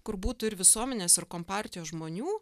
kur būtų ir visuomenės ir kompartijos žmonių